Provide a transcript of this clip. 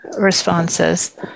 responses